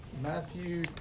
Matthew